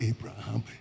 Abraham